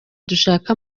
dushaka